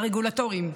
הרגולטורים,